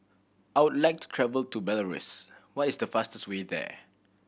I would like to travel to Belarus what is the fastest way there